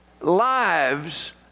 lives